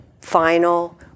final